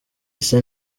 ese